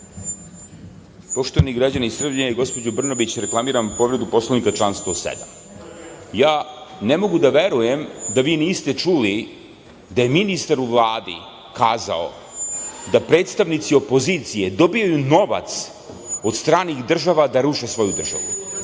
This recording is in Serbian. Poštovani građani Srbije i gospođo Brnabić, reklamiram povredu Poslovnika član 107.Ne mogu da verujem da vi niste čuli da je ministar u Vladi kazao da predstavnici opozicije dobijaju novac od stranih država da ruše svoju državu.